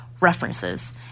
references